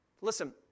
Listen